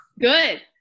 good